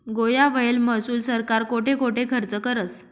गोया व्हयेल महसूल सरकार कोठे कोठे खरचं करस?